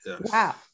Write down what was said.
wow